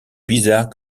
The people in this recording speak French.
bizarres